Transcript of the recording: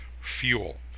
fuel